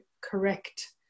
correct